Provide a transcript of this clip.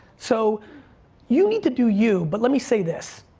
so you need to do you but let me say this.